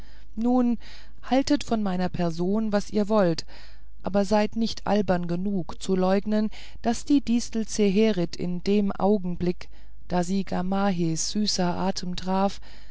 nun haltet von meiner person was ihr wollt aber seid nicht albern genug zu leugnen daß die distel zeherit in dem augenblick da sie gamahehs süßer atem traf